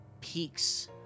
peaks